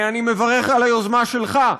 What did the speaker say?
אני מברך על היוזמה שלך,